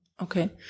Okay